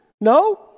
No